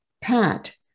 Pat